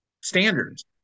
standards